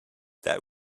that